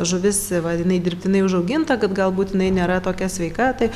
žuvis va jinai dirbtinai užauginta kad galbūt jinai nėra tokia sveika tai